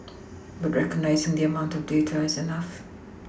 but recognising the amount of data is enough